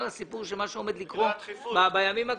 הסיפור של מה שעומד לקרות בימים הקרובים.